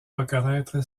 reconnaître